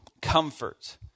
Comfort